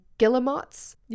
guillemots